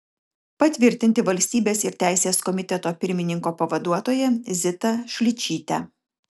patvirtinti valstybės ir teisės komiteto pirmininko pavaduotoja zitą šličytę